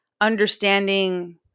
understanding